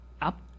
up